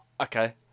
Okay